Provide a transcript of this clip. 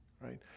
right